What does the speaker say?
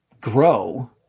grow